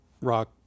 rock